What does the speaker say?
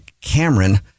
Cameron